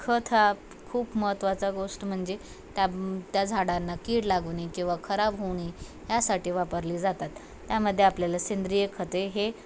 खत हा खूप महत्त्वाचा गोष्ट म्हंजे त्या त्या झाडांना कीड लागू नये किंवा खराब होऊ नये ह्यासाठी वापरले जातात त्यामध्येे आपल्याला सेंद्रिय खते हे